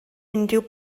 unrhyw